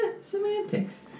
semantics